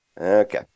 Okay